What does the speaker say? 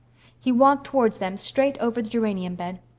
he walked towards them straight over the geranium bed.